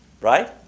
Right